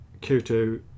Kyoto